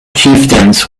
chieftains